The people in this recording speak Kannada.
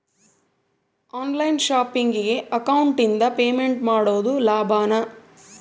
ಆನ್ ಲೈನ್ ಶಾಪಿಂಗಿಗೆ ಅಕೌಂಟಿಂದ ಪೇಮೆಂಟ್ ಮಾಡೋದು ಲಾಭಾನ?